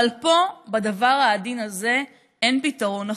אבל פה, בדבר העדין הזה, אין פתרון אחר.